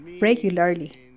regularly